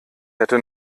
hätte